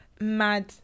mad